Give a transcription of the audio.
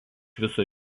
viso